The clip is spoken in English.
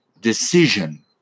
decision